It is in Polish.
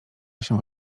się